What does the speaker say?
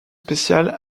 spéciales